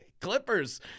clippers